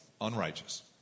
unrighteous